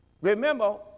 Remember